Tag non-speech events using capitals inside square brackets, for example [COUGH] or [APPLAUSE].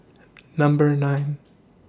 [NOISE] Number nine